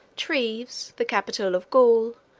treves, the capital of gaul,